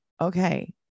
Okay